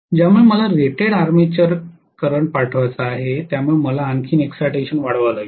ज्यामुळे मला rated armature current पाठवायचा आहे त्यामुळे मला आणखी इक्साइटेशन वाढवावे लागेल